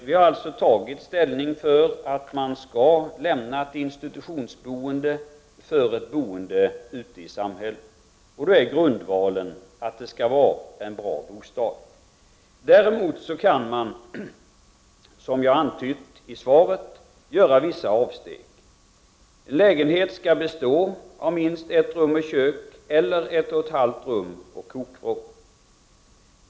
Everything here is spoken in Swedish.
Vi har alltså tagit ställning för att äldre och handikappade skall kunna lämna ett institutionsboende för ett boende ute i samhället. Då är grundvalen att det skall vara en bra bostad. Däremot kan man, som jag har antytt i svaret, göra vissa avsteg. En lägenhet skall bestå av minst ett rum och kök eller ett och ett halvt rum och kokvrå.